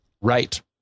right